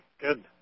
Good